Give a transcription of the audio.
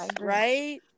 right